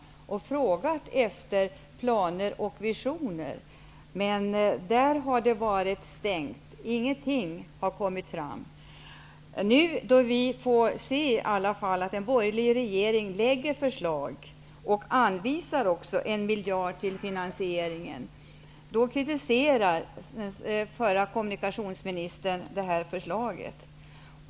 Jag har frågat efter planer och visioner, men dörren har varit stängd. Ingenting har kommit fram. Nu, då vi i alla fall får se att en borgerlig regering lägger fram förslag och också anvisar 1 miljard till finansieringen kritiseras det av den förre kommunikationsministern.